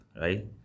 right